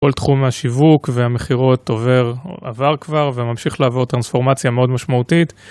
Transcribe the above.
כל תחום השיווק והמכירות עבר כבר וממשיך לעבור תרנספורמציה מאוד משמעותית.